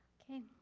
okay.